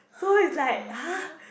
so is like !huh!